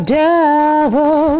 devil